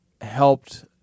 helped